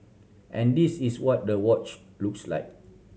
and this is what the watch looks like